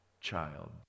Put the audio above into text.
child